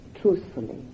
truthfully